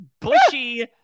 bushy